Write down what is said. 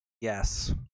Yes